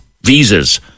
visas